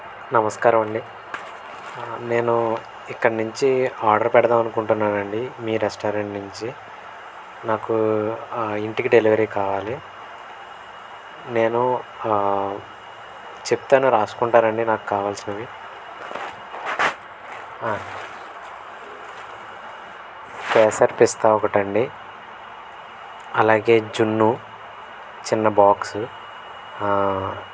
నమస్కారమండి నేను ఇక్కడ నించి ఆర్డర్ పెడదాము అనుకుంటున్నానండి మీ రెస్టారెంట్ నుంచి నాకు ఇంటికి డెలివరీ కావాలి నేను చెప్తాను రాసుకుంటారా అండి నాకు కావాల్సినవి కేసర్పిస్తా ఒకటండి అలాగే జున్ను చిన్న బాక్సు